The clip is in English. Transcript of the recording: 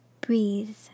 breathe